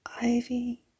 Ivy